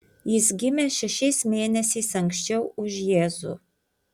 jis gimė šešiais mėnesiais anksčiau už jėzų